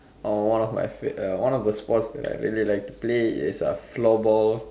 orh one of the sport that I really like to play is floorball